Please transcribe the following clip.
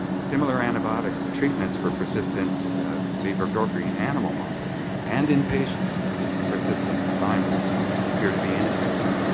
similar antibiotic treatments for persistent b. burgdorferi in animal models and in patients with persistent lyme disease appear to be ineffective.